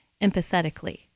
empathetically